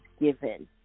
given